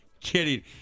kidding